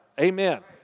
Amen